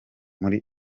muri